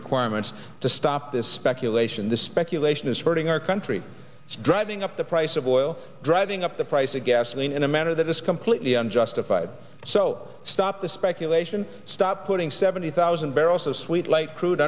requirements to stop this speculation this speculation is hurting our country it's driving up the price of oil driving up the price of gasoline in a manner that is completely unjustified so stop the speculation stop putting seventy thousand barrels of sweet light crude